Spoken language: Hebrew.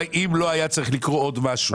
אם לא היה צריך לקרות עוד משהו.